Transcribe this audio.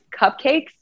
cupcakes